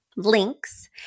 links